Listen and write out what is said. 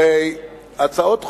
הרי הצעות חוק,